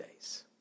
days